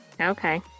Okay